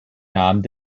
namen